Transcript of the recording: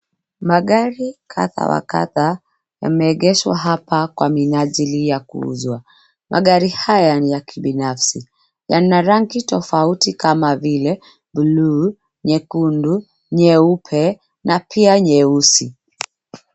Magari kadha wa kadha yameegeshwa hapa kwa minajili ya kuuzwa. Magari haya ni ya kibinafsi. Yana rangi tofauti kama vile bluu, nyekundu, nyeupe na pia nyeusi.